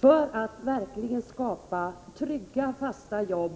För att man verkligen skall kunna skapa trygga fasta jobb